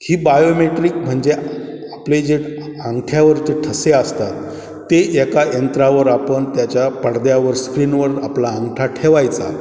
हे बायोमेट्रिक म्हणजे आ आपले जे आ अंगठ्यावरचे ठसे असतात ते एका यंत्रावर आपण त्याच्या पडद्यावर स्क्रीनवर आपला अंगठा ठेवायचा